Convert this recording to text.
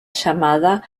llamada